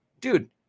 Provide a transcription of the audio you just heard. Dude